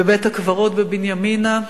בבית-הקברות בבנימינה,